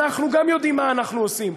אנחנו גם יודעים מה אנחנו עושים.